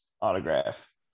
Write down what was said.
autograph